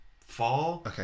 fall